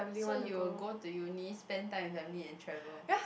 so you will go to uni spend time with family and travel